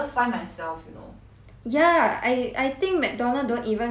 ya I I think McDonald's don't even have a really high pay eh